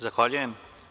Zahvaljujem.